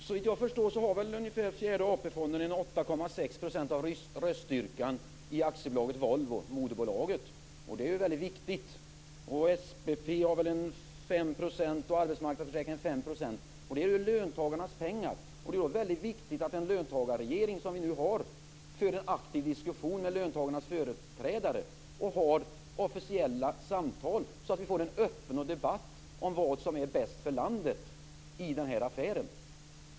Herr talman! Såvitt jag förstår har väl fjärde AP Volvo, moderbolaget. Det är väldigt viktigt. SPP har väl ungefär 5 % och arbetsmarknadsförsäkringarna 5 %. Detta är ju löntagarnas pengar. Det är då väldigt viktigt att en löntagarregering, som vi nu har, för en aktiv diskussion med löntagarnas företrädare och har officiella samtal så att vi får en öppen debatt om vad som är bäst för landet i den här affären.